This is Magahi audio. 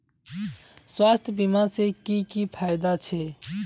स्वास्थ्य बीमा से की की फायदा छे?